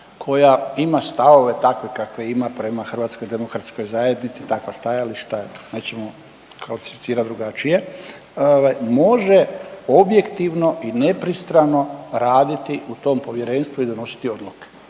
koja ima stavove takve kakve ima prema Hrvatskoj demokratskoj zajednici, takva stajališta nećemo kvalificirati drugačije može objektivno i nepristrano raditi u tom povjerenstvu i donositi odluke.